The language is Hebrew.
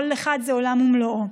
כל אחד זה עולם ומלואו.